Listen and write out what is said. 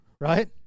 Right